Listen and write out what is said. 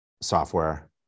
software